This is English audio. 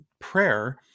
Prayer